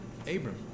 Abram